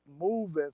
moving